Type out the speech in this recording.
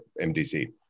MDC